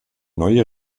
neue